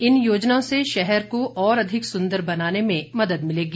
इन योजनाओं से शहर को और अधिक सुंदर बनाने में मदद मिलेगी